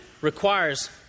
requires